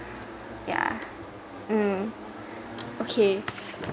yeah um okay